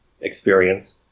experience